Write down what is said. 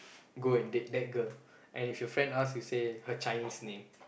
go and date that girl and if your friend ask you say her Chinese name